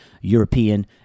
European